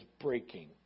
breaking